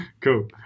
Cool